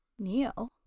Neo